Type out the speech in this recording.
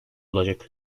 olacak